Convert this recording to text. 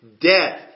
Death